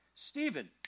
Stephen